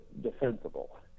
defensible